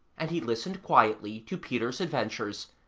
and he listened quietly to peter's adventures,